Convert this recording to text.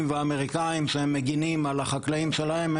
והאמריקאים שהם מגינים על חקלאים שלהם,